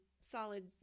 solid